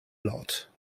lot